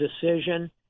decision